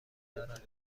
دارد